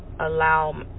allow